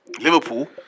Liverpool